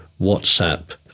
WhatsApp